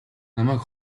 намайг